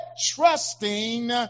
trusting